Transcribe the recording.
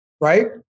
Right